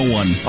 one